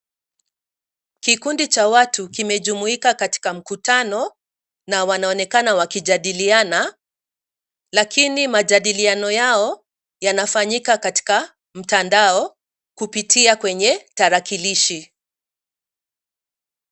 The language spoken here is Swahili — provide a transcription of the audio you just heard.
Kikundi cha watu kimejumuika katika mkutano na wanaonekana wakijadiliana lakini majadiliano yao yanafanyika katika mtandao kupitia kwenye tarakilishi.